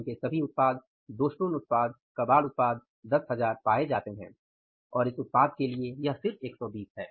उनके सभी उत्पाद दोषपूर्ण उत्पाद कबाड़ उत्पाद 10000 पाए जाते हैं और इस उत्पाद के लिए यह सिर्फ 120 है